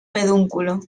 pedúnculo